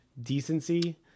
decency